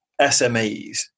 SMEs